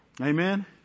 Amen